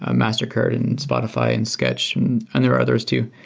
ah mastercard, and spotify, and sketch and and there are others too,